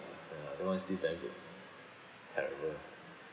ya that one's still bank book terrible ah